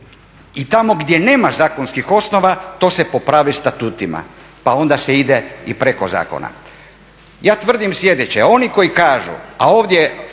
i tamo gdje nema zakonskih osnova, to se popravi statutima pa onda se ide i preko zakona. Ja tvrdim sljedeće, oni koji kažu, a ovdje